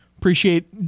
Appreciate